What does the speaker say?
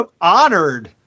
honored